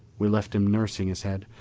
we left him nursing his head,